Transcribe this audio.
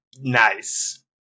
nice